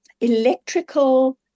electrical